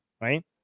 right